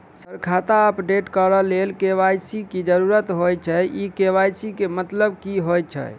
Sir खाता update करऽ लेल के.वाई.सी की जरुरत होइ छैय इ के.वाई.सी केँ मतलब की होइ छैय?